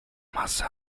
masse